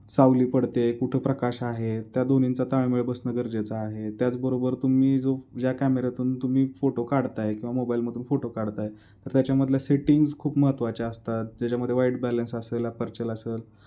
सावली पडते कुठं प्रकाश आहे त्या दोन्हींचा ताळमेळ बसणं गरजेचा आहे त्याचबरोबर तुम्ही जो ज्या कॅमेऱ्यातून तुम्ही फोटो काढत आहे किंवा मोबाईलमधून फोटो काढत आहे तर त्याच्यामधल्या सेटिंग्स खूप महत्त्वाच्या असतात ज्याच्यामध्ये वाईट बॅलन्स असेल आपर्चल असंल